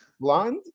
Blonde